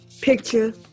Picture